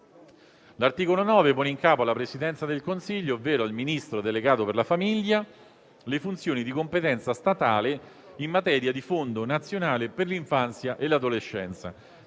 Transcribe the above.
L'articolo 9 pone in capo alla Presidenza del Consiglio, ovvero al Ministro delegato per la famiglia, le funzioni di competenza statale in materia di Fondo nazionale per l'infanzia e l'adolescenza.